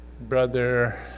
brother